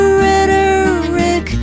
rhetoric